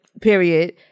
period